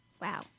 Wow